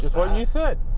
what do you say?